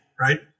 right